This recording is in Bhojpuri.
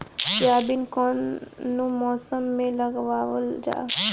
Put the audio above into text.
सोयाबीन कौने मौसम में लगावल जा?